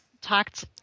talked